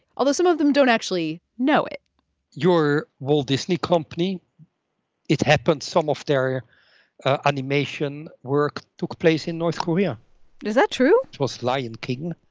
although some of them don't actually know it your walt disney company it happens some of their animation work took place in north korea is that true? it was lion king.